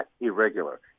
irregular